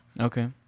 Okay